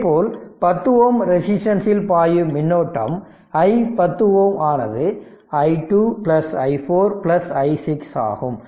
இதேபோல் 10Ω ரெசிஸ்டன்ஸ் இல் பாயும் மின்னோட்டம் i10Ω ஆனது i2 i4 i6 ஆகும்